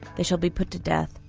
they shall be put to death,